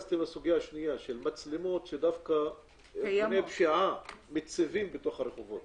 מתכוון למצלמות שארגוני הפשיעה מציבים בתוך הרחובות.